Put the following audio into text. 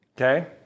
Okay